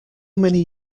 many